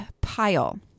pile